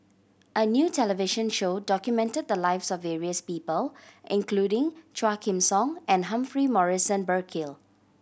a new television show documented the lives of various people including Quah Kim Song and Humphrey Morrison Burkill